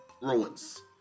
ruins